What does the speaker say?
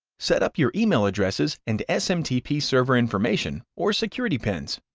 set up your email addresses and smtp server information or security pins,